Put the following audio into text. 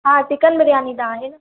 हा चिकन बिरयानी त आहे न